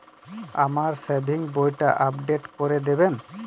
আমার সেভিংস বইটা আপডেট করে দেবেন?